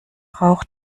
rauch